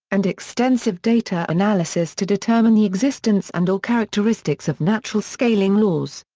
and extensive data analysis to determine the existence and or characteristics of natural scaling laws.